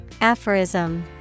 Aphorism